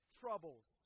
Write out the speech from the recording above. troubles